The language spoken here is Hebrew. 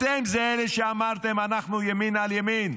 אתם אלה שאמרתם: אנחנו ימין על ימין.